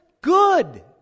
good